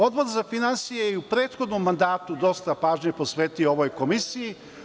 Odbor za finansije je i u prethodnom mandatu dosta pažnje posvetio ovoj komisiji.